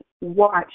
watch